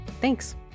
Thanks